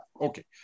Okay